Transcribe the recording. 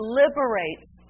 liberates